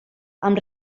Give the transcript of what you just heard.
amb